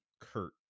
Kurt